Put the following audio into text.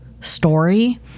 story